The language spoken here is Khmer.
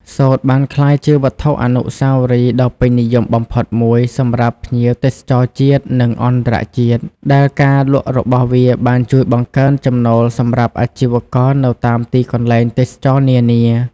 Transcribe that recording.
សូត្របានក្លាយជាវត្ថុអនុស្សាវរីយ៍ដ៏ពេញនិយមបំផុតមួយសម្រាប់ភ្ញៀវទេសចរណ៍ជាតិ និងអន្តរជាតិ ដែលការលក់របស់វាបានជួយបង្កើនចំណូលសម្រាប់អាជីវករនៅតាមទីកន្លែងទេសចរណ៍នានា។